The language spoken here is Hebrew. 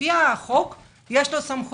לפי החוק יש לו סמכויות,